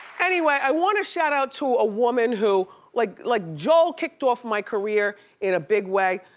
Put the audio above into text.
anyway, i wanna shout out to a woman who, like like joel kicked off my career in a big way,